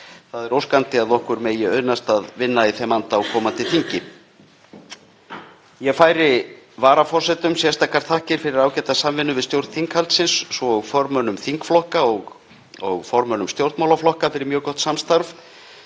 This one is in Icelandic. Það er óskandi að okkur megi auðnast að vinna í þeim anda á komandi þingi. Ég færi varaforsetum sérstakar þakkir fyrir ágæta samvinnu við stjórn þinghaldsins, svo og formönnum þingflokka og formönnum stjórnmálaflokka fyrir mjög gott samstarf.